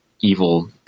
evil